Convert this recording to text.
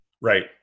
Right